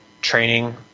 training